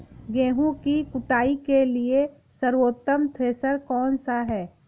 गेहूँ की कुटाई के लिए सर्वोत्तम थ्रेसर कौनसा है?